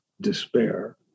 despair